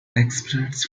excerpts